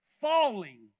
falling